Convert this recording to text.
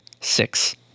six